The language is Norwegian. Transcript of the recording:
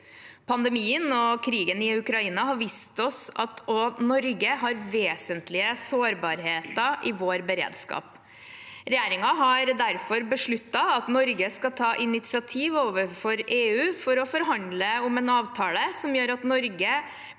Pandemien og krigen i Ukraina har vist oss at også Norge har vesentlige sårbarheter i vår beredskap. Regjeringen har derfor besluttet at Norge skal ta initiativ overfor EU for å forhandle en avtale som gjør at Norge